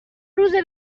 روزه